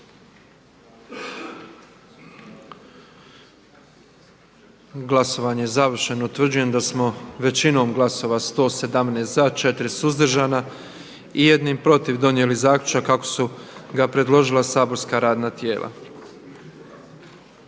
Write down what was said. Glasovanje je završeno. Utvrđujem da je većinom glasova 88 za, 30 suzdržanih i s 4 glasova protiv donijet zaključak kako su ga predložila saborska radna tijela.